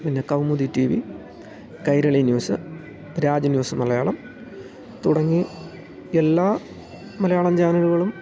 പിന്നെ Kaumudi TV Kairali news Raj news Malayalam തുടങ്ങി എല്ലാ മലയാളം ചാനലുകളും